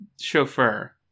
chauffeur